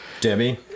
Debbie